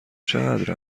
چقدر